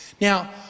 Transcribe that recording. Now